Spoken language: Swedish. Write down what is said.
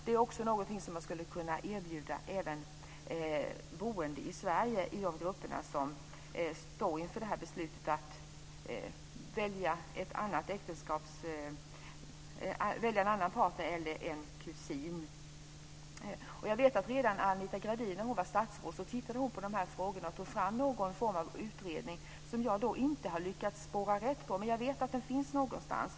Det är någonting som man skulle kunna erbjuda även människor i sådana grupper boende i Sverige som står inför att välja en kusin eller någon annan som partner. Redan när Anita Gradin var statsråd gjorde hon en översyn av dessa frågor och tog fram någon form av utredning som jag inte har lyckats spåra. Men jag vet att den finns någonstans.